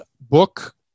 book